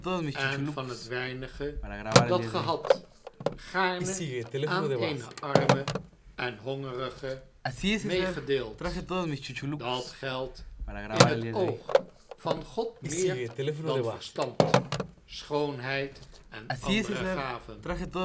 en van t weinige dat ge hadt gaarne aan eenen arme en hongerige meêgedeeld dat geldt in t oog van god meer dan verstand schoonheid en andere gaven